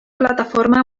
plataforma